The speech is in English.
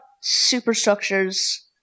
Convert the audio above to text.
superstructures